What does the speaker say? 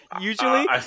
Usually